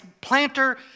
planter